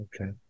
Okay